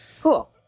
Cool